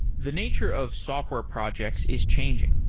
the nature of software projects is changing.